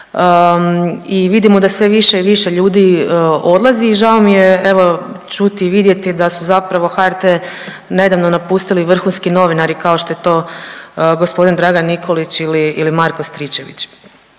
i vidimo da sve više i više ljudi odlazi i žao mi je, evo, čuti i vidjeti da su zapravo HRT nedavno napustili vrhunski novinari kao što je to g. Dragan Nikolić ili Marko Stričević.